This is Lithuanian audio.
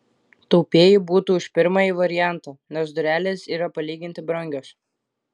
taupieji būtų už pirmąjį variantą nes durelės yra palyginti brangios